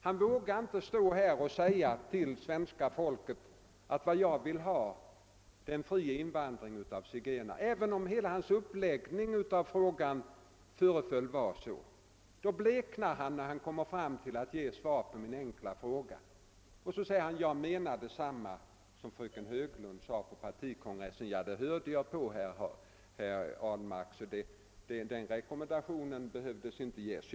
Han vågade inte säga till svenska folket: »Vad jag vill ha är en fri invandring av zigenare.» Även om hela hans uppläggning av frågan föreföll att vara sådan, bleknade han då han skulle ge svar på min enkla fråga och sade bara att han menade detsamma som fröken Höglund framhöll på partikongressen. Jag lyssnade också på det anförandet, herr Ahlmark, så den rekommendationen var obehövlig.